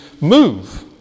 move